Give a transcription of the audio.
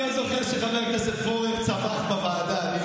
אני לא זוכר שחבר הכנסת פורר צווח בוועדה.